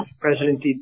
President